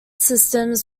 systems